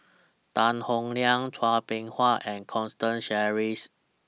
Tan Howe Liang Chua Beng Huat and Constance Sheares